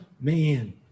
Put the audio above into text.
man